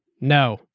no